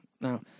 Now